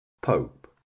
Pope